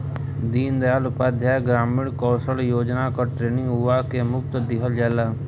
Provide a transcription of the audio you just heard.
दीन दयाल उपाध्याय ग्रामीण कौशल योजना क ट्रेनिंग युवा के मुफ्त में दिहल जाला